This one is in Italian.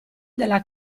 della